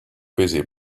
busy